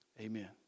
Amen